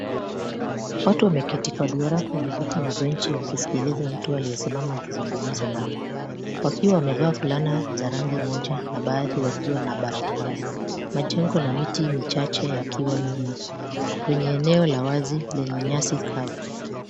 Watu wameketi kwa duara kwenye viti na benchi wakisikiliza mtu aliyesimama akizungumza nao. Wakiwa wamevaa fulana za rangi moja na baadhi wakiwa na barakoa. Majengo na miti michache yakiwa nyuma. Kwenye eneo la wazi lenye nyasi kavu.